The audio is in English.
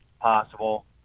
possible